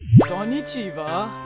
konichiwa!